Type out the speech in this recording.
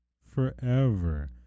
Forever